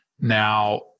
now